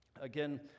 Again